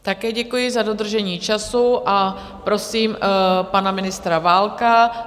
Také děkuji za dodržení času a prosím pana ministra Válka.